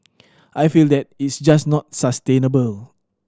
I feel that it's just not sustainable